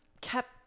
kept